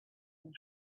and